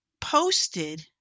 posted